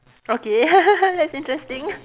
okay that's interesting